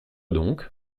donc